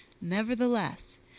Nevertheless